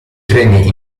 treni